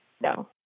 No